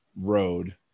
road